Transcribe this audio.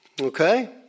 Okay